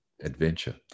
adventure